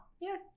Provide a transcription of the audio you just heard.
yes